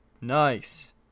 Nice